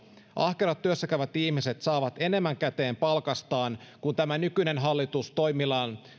ahkerat työssäkäyvä ihmiset saavat enemmän käteen palkastaan kun tämä nykyinen hallitus toimillaan